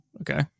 Okay